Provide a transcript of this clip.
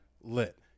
lit